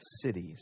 cities